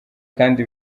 kandi